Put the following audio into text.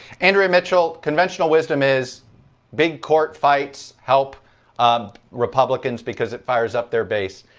andrea mitchell, conventional wisdom is big court fights help um republicans because it fires up their base.